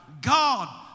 God